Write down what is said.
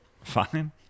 Fine